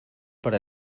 per